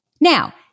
Now